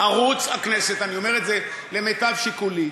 ערוץ הכנסת, אני אומר את זה למיטב שיקולי,